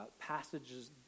passages